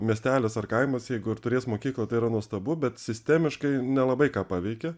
miestelis ar kaimas jeigu ir turės mokyklą tai yra nuostabu bet sistemiškai nelabai ką paveikė